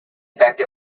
effect